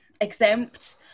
exempt